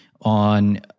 on